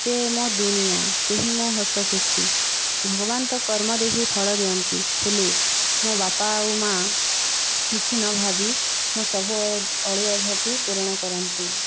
ସିଏ ମୋ' ଦୁନିଆ ସେହି ମୋ' ହସ ଖୁସି ଭଗବାନ ତ କର୍ମ ଦେଖି ଫଳ ଦିଅନ୍ତି ହେଲେ ମୋ' ବାପା ଆଉ ମା' କିଛି ନ ଭାବି ମୋ' ସବୁ ଅଳିଅ ଅଝଟ ପୂରଣ କରନ୍ତି